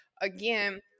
again